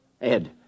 Ed